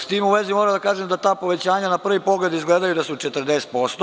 S tim u vezi, moram da kažem da ta povećanja na prvi pogled izgledaju da su 40%